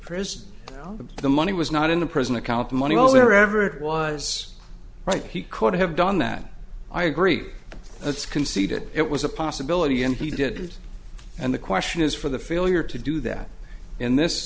and the money was not in the prison account the money all there ever was right he could have done that i agree that's conceded it was a possibility and he did and the question is for the failure to do that in this